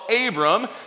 Abram